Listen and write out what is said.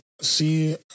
see